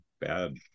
bad